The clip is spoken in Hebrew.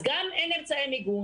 אז גם אין אמצעי מיגון,